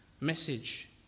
message